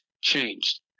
changed